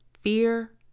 fear